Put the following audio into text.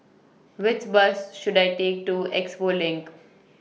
Which Bus should I Take to Expo LINK